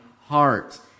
heart